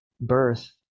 birth